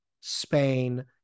Spain